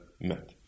met